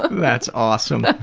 that's awesome.